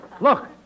look